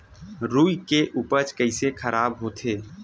रुई के उपज कइसे खराब होथे?